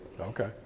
okay